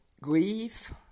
grief